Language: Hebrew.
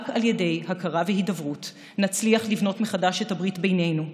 רק על ידי הכרה והידברות נצליח לבנות מחדש את הברית בינינו,